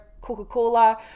Coca-Cola